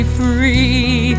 free